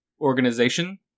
organization